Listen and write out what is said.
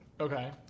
Okay